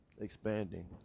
expanding